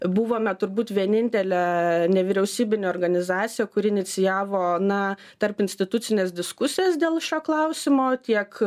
buvome turbūt vienintelė nevyriausybinė organizacija kuri inicijavo na tarpinstitucines diskusijas dėl šio klausimo tiek